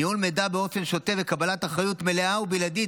ניהול מידע באופן שוטף וקבלת אחריות מלאה ובלעדית